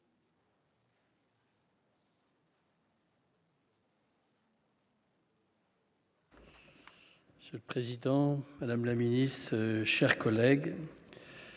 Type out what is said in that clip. minutes. Ce président, madame la ministre, chers collègues,